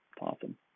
awesome